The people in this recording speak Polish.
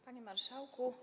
Panie Marszałku!